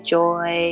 joy